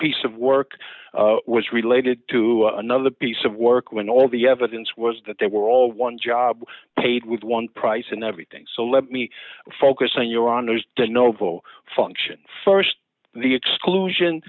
piece of work was related to another piece of work when all the evidence was that they were all one job paid with one price and everything so let me focus on your honor's novo function st the exclusion